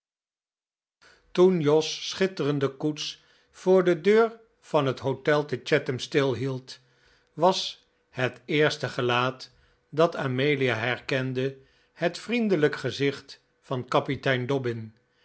oen jos schitterende koets voor de deur van het hotel te chatham stilhield j p was het eerste gelaat dat amelia herkende het vriendelijke gezicht van kapitein